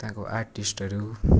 त्यहाँको आर्टिस्टहरू